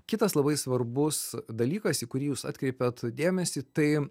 kitas labai svarbus dalykas į kurį jūs atkreipiat dėmesį tai